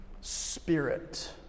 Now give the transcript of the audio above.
spirit